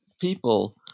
people